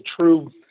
true